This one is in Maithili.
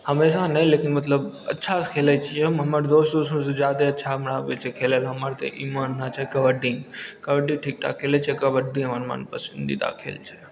हमेशा नहि लेकिन मतलब अच्छासे खेलै छिए हमर दोस्त उस्तसे जादा अच्छा हमरा आबै छै खेलैले हमर तऽ ई मानना छै कबड्डी कबड्डी ठीकठाक खेलै छिए कबड्डी हमरा मन पसन्दीदा खेल छै